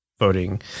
Voting